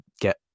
get